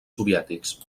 soviètics